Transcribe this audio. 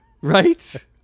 right